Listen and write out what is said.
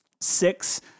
six